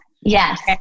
Yes